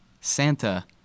Santa